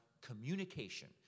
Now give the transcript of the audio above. communication